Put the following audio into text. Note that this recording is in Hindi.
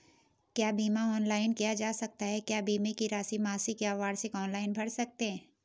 क्या बीमा ऑनलाइन किया जा सकता है क्या बीमे की राशि मासिक या वार्षिक ऑनलाइन भर सकते हैं?